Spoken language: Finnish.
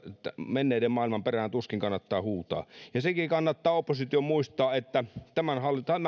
menneen maailman perään tuskin kannattaa huutaa sekin kannattaa opposition muistaa että tämä hallitus on